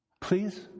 Please